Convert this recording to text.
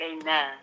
Amen